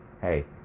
hey